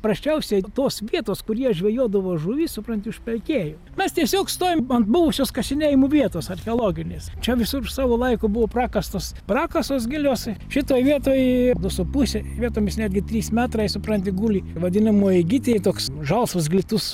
prasčiausiai tos vietos kur jie žvejodavo žuvis supranti užpelkėjo mes tiesiog stovim ant buvusios kasinėjimų vietos archeologinės čia visur savo laiku buvo prakastos prakasos gilios šitoj vietoj su puse vietomis netgi trys metrai supranti guli vadinamoji gitija toks žalsvas glitus